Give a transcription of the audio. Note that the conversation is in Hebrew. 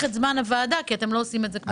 את זמן הוועדה כי אתם לא עושים את זה כמו שצריך?